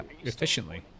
efficiently